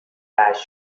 大学